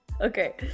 okay